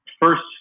first